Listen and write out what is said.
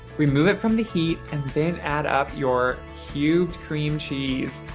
remove it from the heat and then add up your cubed cream cheese.